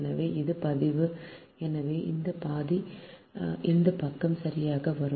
எனவே இது log எனவே இந்த பாதி இந்த பக்கம் சரியாக வரும்